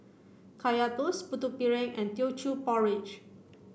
Kaya Toast Putu Piring and Teochew Porridge